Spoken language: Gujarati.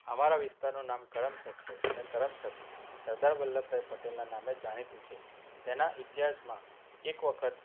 અમારા વિસ્તારનું નામ કરમસદ છે અને કરમસદ સરદાર વલ્લભભાઈ પટેલનાં નામે જ જાણીતું છે તેના ઇતિહાસમાં એક વખત